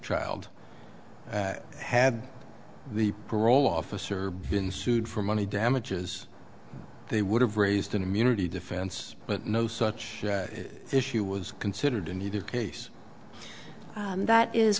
trial had the parole officer been sued for money damages they would have raised an immunity defense but no such issue was considered in either case that is